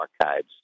archives